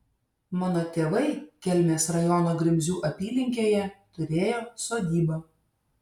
mano tėvai kelmės rajono grimzių apylinkėje turėjo sodybą